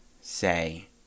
say